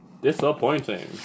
disappointing